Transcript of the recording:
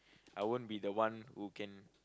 I won't be the one who can